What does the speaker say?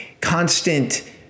constant